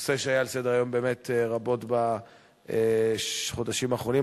נושא שהיה על סדר-היום באמת רבות בחודשים האחרונים,